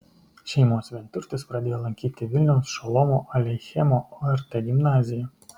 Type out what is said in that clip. šeimos vienturtis pradėjo lankyti vilniaus šolomo aleichemo ort gimnaziją